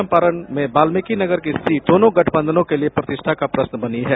चंपारण में वाल्मिकीनगर की सीट दोनों गठबंधनों के लिए प्रतिष्ठा का प्रश्न बनी है